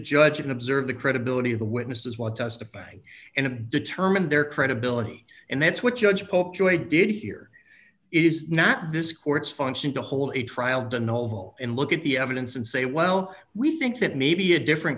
judge and observe the credibility of the witnesses what testifying and determined their credibility and that's what judge popejoy did here is not this court's function to hold a trial down the hall and look at the evidence and say well we think that maybe a different